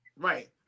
Right